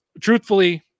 Truthfully